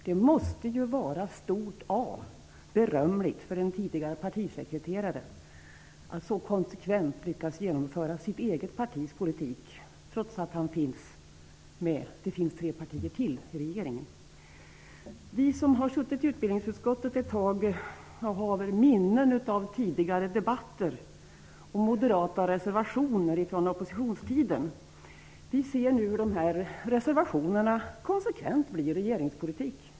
Det måste ju vara stort A, berömligt, för en tidigare partisekreterare att så konsekvent lyckas genomföra sitt eget partis politik, trots att det finns tre partier till i regeringen. Vi som har suttit i utbildningsutskottet ett tag och har minnen av tidigare debatter och moderata reservationer från oppositionstiden ser nu hur dessa reservationer konsekvent blir regeringspolitik.